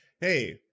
hey